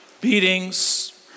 Beatings